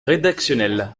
rédactionnel